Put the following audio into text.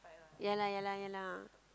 ya lah ya lah ya lah